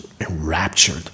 enraptured